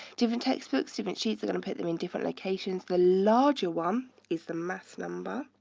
different textbooks, different sheets are going to put them in different locations. the larger one is the mass number,